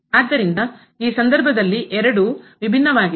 ಆದ್ದರಿಂದ ಈ ಸಂದರ್ಭದಲ್ಲಿ ಎರಡೂ ವಿಭಿನ್ನವಾಗಿವೆ